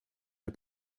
der